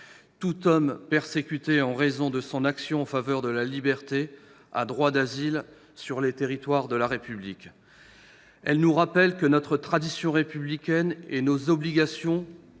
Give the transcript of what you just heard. Tout homme persécuté en raison de son action en faveur de la liberté a droit d'asile sur les territoires de la République. » Cette phrase nous rappelle que notre tradition républicaine et nos obligations